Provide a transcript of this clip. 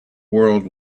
world